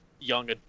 young